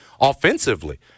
offensively